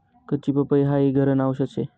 कच्ची पपई हाई घरन आवषद शे